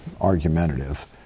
argumentative